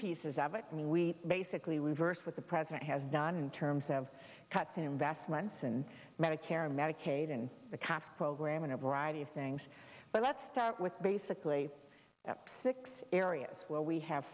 pieces of it i mean we basically reversed with the president has done in terms of cuts in investments and medicare medicaid and the cap program and a variety of things but let's start with basically that six areas where we have